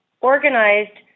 organized